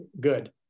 good